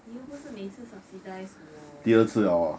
你又不是每一次 subsidise 我第二次摇啊